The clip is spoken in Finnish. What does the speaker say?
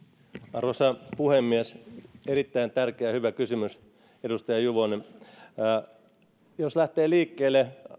arvoisa puhemies erittäin tärkeä ja hyvä kysymys edustaja juvonen jos lähtee liikkeelle